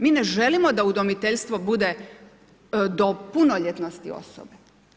Mi ne želimo da udomiteljstvo bude do punoljetnosti osobe.